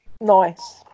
nice